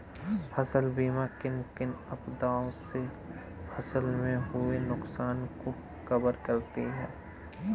फसल बीमा किन किन आपदा से फसल में हुए नुकसान को कवर करती है